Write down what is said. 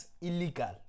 illegal